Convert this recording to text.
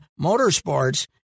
Motorsports